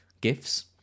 gifts